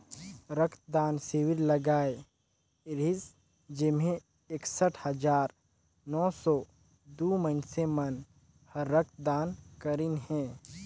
रक्त दान सिविर लगाए रिहिस जेम्हें एकसठ हजार नौ सौ दू मइनसे मन हर रक्त दान करीन हे